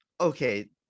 Okay